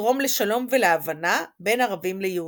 לתרום לשלום ולהבנה בין ערבים ליהודים.